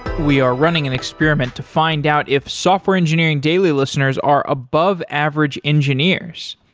we are running an experiment to find out if software engineering daily listeners are above average engineers.